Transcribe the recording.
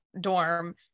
dorm